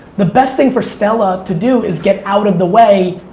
the best thing for stella to do is get out of the way,